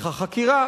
נפתחה חקירה,